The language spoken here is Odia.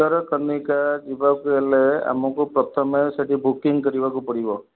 ଭିତର କନିକା ଯିବାକୁ ହେଲେ ଆମକୁ ପ୍ରଥମେ ସେଠି ବୁକିଂ କରିବାକୁ ପଡ଼ିବ